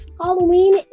Halloween